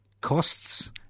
costs